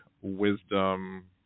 Wisdom